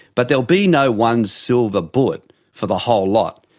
but there will be no one silver bullet for the whole lot.